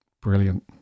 brilliant